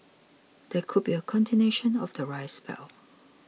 there could be a continuation of the rise spell